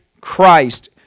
Christ